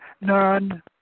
None